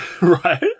right